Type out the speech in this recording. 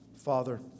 Father